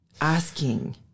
asking